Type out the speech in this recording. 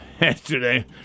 yesterday